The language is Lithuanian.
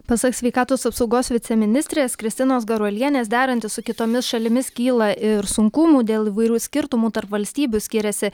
pasak sveikatos apsaugos viceministrės kristinos garuolienės derantis su kitomis šalimis kyla ir sunkumų dėl įvairių skirtumų tarp valstybių skiriasi